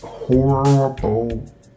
horrible